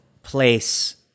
place